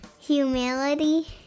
humility